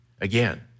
again